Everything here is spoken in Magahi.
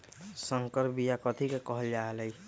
संकर बिया कथि के कहल जा लई?